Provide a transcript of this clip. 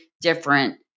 different